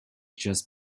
just